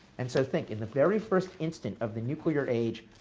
and so think, in the very first instant of the nuclear age,